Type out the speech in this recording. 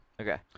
Okay